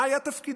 מה היה תפקידי?